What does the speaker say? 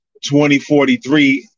2043